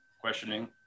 questioning